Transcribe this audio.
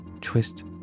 twist